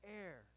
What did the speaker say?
air